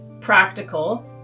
practical